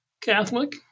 Catholic